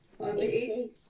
okay